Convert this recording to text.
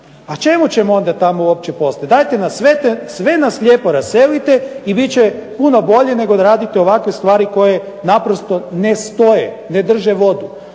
A čemu ćemo onda tamo uopće ostati? Daje nas sve lijepo raselite i bit će puno bolje nego da radite ovakve stvari koje naprosto ne stoje, ne drže vodu.